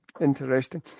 Interesting